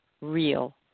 real